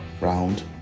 round